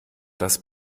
das